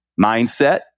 mindset